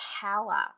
power